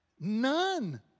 None